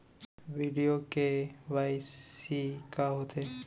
video KYC का होथे